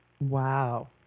Wow